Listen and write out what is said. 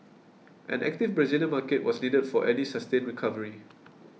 an active Brazilian market was needed for any sustained recovery